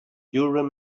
urim